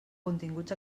continguts